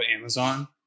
Amazon